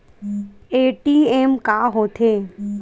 ATM का होथे?